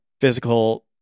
Physical